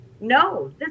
No